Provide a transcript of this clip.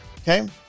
okay